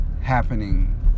happening